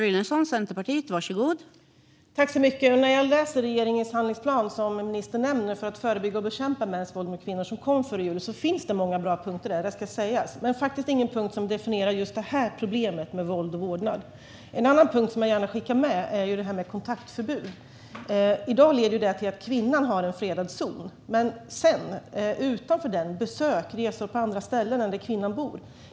Fru talman! I regeringens handlingsplan för att förebygga och bekämpa mäns våld mot kvinnor som kom före jul och som ministern nämner finns det många bra punkter. Det ska sägas. Men det finns faktiskt ingen punkt som definierar just det här problemet med våld och vårdnad. En annan punkt som jag gärna skickar med handlar om kontaktförbud. I dag leder det till att kvinnan har en fredad zon, men utanför den, på besök och vid resor på andra ställen gäller det inte.